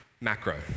Macro